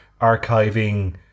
archiving